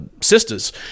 sisters